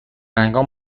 هنگام